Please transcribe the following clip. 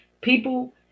People